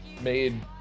made